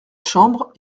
chambre